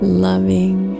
loving